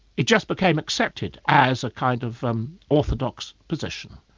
it just became accepted as a kind of um orthodox position.